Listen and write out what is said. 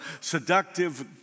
seductive